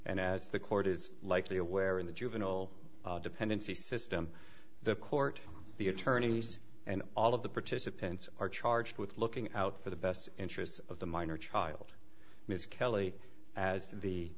and as the court is likely aware in the juvenile dependency system the court the attorneys and all of the participants are charged with looking out for the best interests of the minor child miss kelly as the